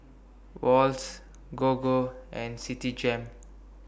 Wall's Gogo and Citigem